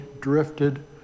drifted